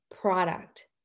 product